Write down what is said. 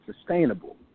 sustainable